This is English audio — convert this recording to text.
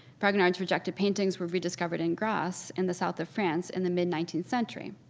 fragonard's rejected paintings were rediscovered in grasse in the south of france in the mid nineteenth century.